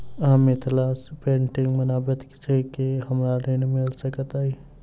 हम मिथिला पेंटिग बनाबैत छी की हमरा ऋण मिल सकैत अई?